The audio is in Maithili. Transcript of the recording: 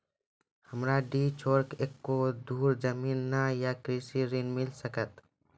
हमरा डीह छोर एको धुर जमीन न या कृषि ऋण मिल सकत?